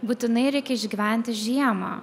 būtinai reikia išgyventi žiemą